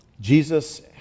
Jesus